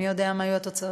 מי יודע מה יהיו התוצאות.